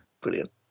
brilliant